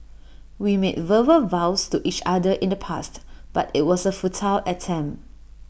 we made verbal vows to each other in the past but IT was A futile attempt